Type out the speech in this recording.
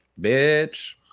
Bitch